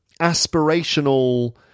aspirational